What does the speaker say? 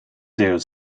there